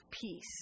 peace